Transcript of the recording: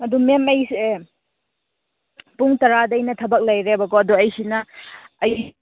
ꯑꯗꯨ ꯃꯦꯝ ꯑꯩꯁꯦ ꯄꯨꯡ ꯇꯔꯥꯗꯩꯅ ꯊꯕꯛ ꯂꯩꯔꯦꯕꯀꯣ ꯑꯗꯣ ꯑꯩꯁꯤꯅ ꯑꯩ